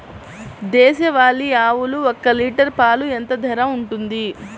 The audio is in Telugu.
దేశవాలి ఆవులు ఒక్క లీటర్ పాలు ఎంత ధర ఉంటుంది?